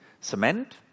cement